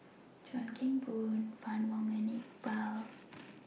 Chuan Keng Boon Fann Wong and Iqbal